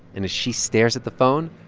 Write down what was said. and as she stares at the phone,